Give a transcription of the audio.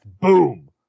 Boom